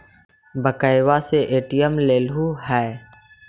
बैंकवा से ए.टी.एम लेलहो है?